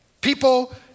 People